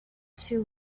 two